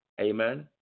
Amen